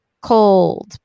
cold